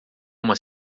uma